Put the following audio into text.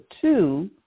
two